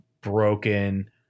broken